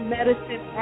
Medicine